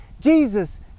Jesus